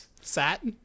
sat